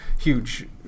huge